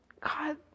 God